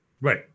Right